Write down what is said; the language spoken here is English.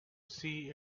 see